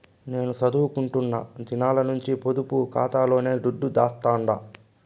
నేను సదువుకుంటున్న దినాల నుంచి పొదుపు కాతాలోనే దుడ్డు దాస్తండా